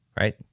right